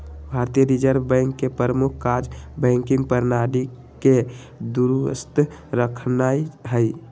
भारतीय reserve bank के प्रमुख काज़ बैंकिंग प्रणाली के दुरुस्त रखनाइ हइ